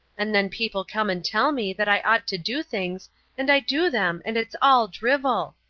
and then people come and tell me that i ought to do things and i do them and it's all drivel.